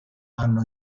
hanno